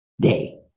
day